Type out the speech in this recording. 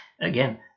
again